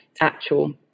actual